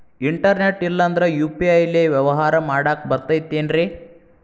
Internet ಇಲ್ಲಂದ್ರ UPI ಲೇ ವ್ಯವಹಾರ ಮಾಡಾಕ ಬರತೈತೇನ್ರೇ?